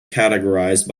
categorized